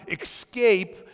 escape